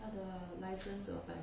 他的 license 怎么办